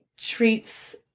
treats